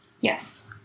Yes